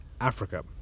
africa